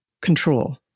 control